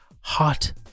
Hot